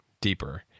deeper